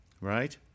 Right